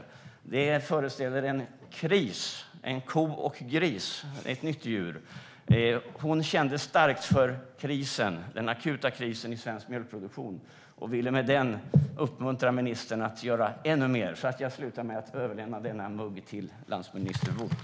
Den målade bilden på muggen föreställer en kris - ett nytt djur, till hälften ko och till hälften gris. Hon kände starkt för den akuta krisen i svensk mjölkproduktion och ville med denna mugg uppmuntra ministern att göra ännu mer. Jag slutar därför mitt anförande med att överlämna denna mugg till landsbygdsminister Bucht.